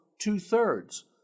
two-thirds